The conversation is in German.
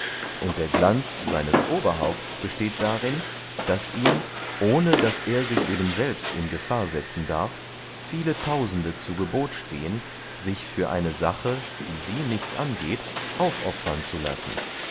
und der glanz seines oberhaupts besteht darin daß ihm ohne daß er sich eben selbst in gefahr setzen darf viele tausende zu gebot stehen sich für eine sache die sie nichts angeht aufopfern zu lassen